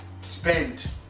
spend